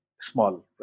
small